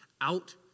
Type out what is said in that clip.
out